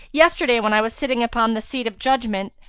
yesterday when i was sitting upon the seat of judgement,